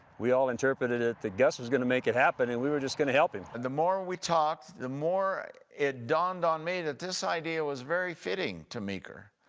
we all interpreted that gus was gonna make it happen and we were just gonna help him. and the more we talked, the more it dawned on me that this idea was very fitting to meeker.